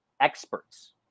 experts